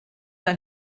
ein